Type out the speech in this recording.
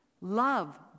Love